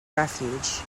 refuge